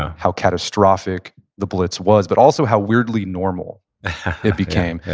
ah how catastrophic the blitz was, but also how weirdly normal it became.